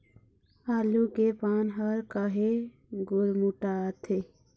आलू के पान हर काहे गुरमुटाथे?